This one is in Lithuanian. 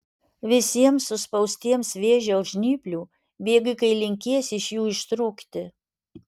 visiems suspaustiems vėžio žnyplių bėgikai linkės iš jų ištrūkti